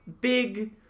big